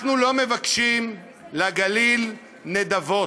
אנחנו לא מבקשים לגליל נדבות,